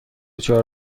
چهار